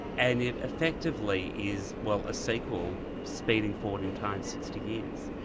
and it effectively is, well, a sequel, speeding forward in time sixty years.